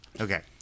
Okay